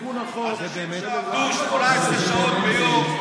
דרך אגב, אנשים שעבדו 17 שעות ביום.